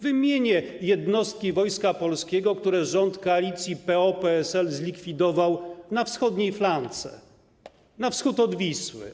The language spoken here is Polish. Wymienię jednostki Wojska Polskiego, które rząd Koalicji PO-PSL zlikwidował na wschodniej flance, na wschód od Wisły.